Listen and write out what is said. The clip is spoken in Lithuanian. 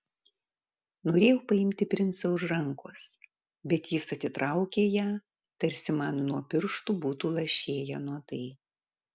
norėjau paimti princą už rankos bet jis atitraukė ją tarsi man nuo pirštų būtų lašėję nuodai